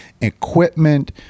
equipment